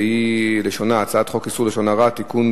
והיא הצעת חוק איסור לשון הרע (תיקון,